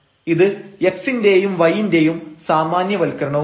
ഇത് x ന്റെയും y ന്റെയും സാമാന്യവൽക്കരണവുമാണ്